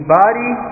body